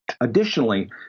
Additionally